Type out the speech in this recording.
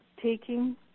taking